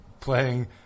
playing